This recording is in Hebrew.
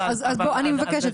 אני מבקשת,